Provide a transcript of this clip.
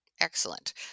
Excellent